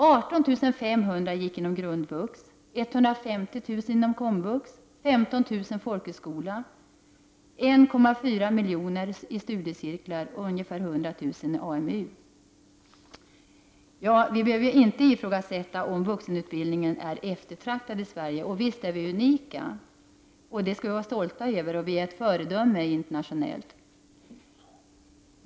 18 500 personer genomgick grundvux, 150 000 komvux, 15 000 folkhögskolorna, 1,4 miljoner deltog i studiecirklar, och ungefär 100 000 genomgick AMU. Vi behöver inte ifrågasätta om vuxenutbildningen är eftertraktad i Sverige. Visst är vi unika. Det skall vi vara stolta över. Vi är ett föredöme internationellt.